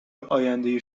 آینده